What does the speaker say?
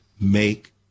make